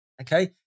Okay